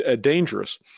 dangerous